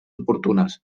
oportunes